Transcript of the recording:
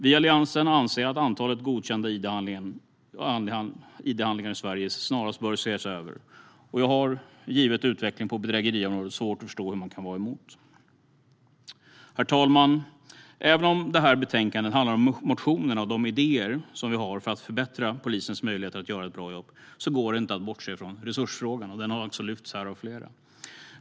Vi i Alliansen anser att antalet godkända id-handlingar i Sverige snarast bör ses över. Jag har, givet utvecklingen på bedrägeriområdet, svårt att förstå hur man kan vara emot det. Herr talman! Även om detta betänkande handlar om motioner och de idéer som vi har för att förbättra polisens möjligheter att göra ett bra jobb går det inte att bortse från resursfrågan. Den har också lyfts här av flera.